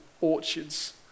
orchards